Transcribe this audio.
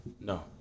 No